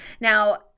Now